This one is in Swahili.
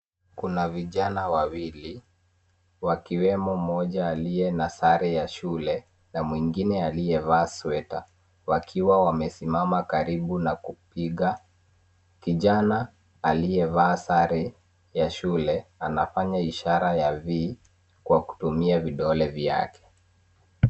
Kuna vijana wawili wakiwemo mmoja aliye na sare ya shule na mwingine aliyevaa sweta wakiwa wamesimama karibu na kupiga, kijana aliyevaa sare ya shule anafanya ishara ya V kwa kutumia vidole vyake.